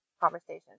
conversation